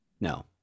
No